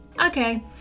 okay